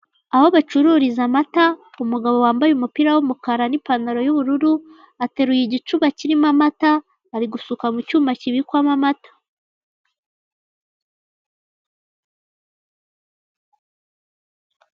Aho bacururiza amata hari umugabo wambaye umupira w'umukara n'ipantaro y'ubururu ateruye igicuba kirimo amata, ari gusuka mu cyuma kibikwamo amata.